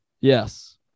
Yes